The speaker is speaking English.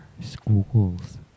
schools